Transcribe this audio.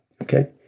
Okay